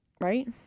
right